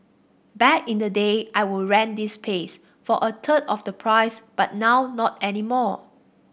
back in the day I would rent this place for a third of the price but now not anymore